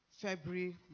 February